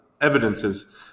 evidences